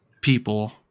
people